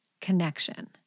connection